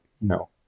no